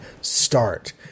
start